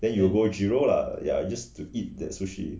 then you go zero lah just to eat that sushi